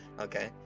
okay